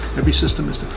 every system is